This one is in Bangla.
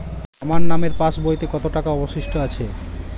আমার নামের পাসবইতে কত টাকা অবশিষ্ট আছে?